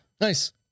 Nice